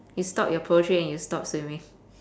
you stop your poetry and you stop swimming